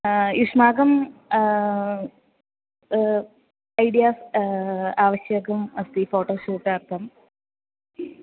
युष्माकं ऐडियास् आवश्यकम् अस्ति फ़ोटोशूटार्थम्